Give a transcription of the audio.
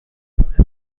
است